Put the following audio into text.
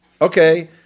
okay